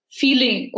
feeling